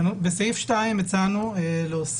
סעיף 2 עוסק